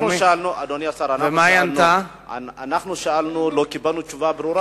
אנחנו שאלנו ולא קיבלנו תשובה ברורה.